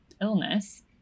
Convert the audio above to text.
illness